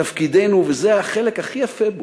תפקידנו, וזה החלק הכי יפה בו,